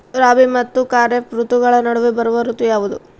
ರಾಬಿ ಮತ್ತು ಖಾರೇಫ್ ಋತುಗಳ ನಡುವೆ ಬರುವ ಋತು ಯಾವುದು?